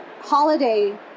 holiday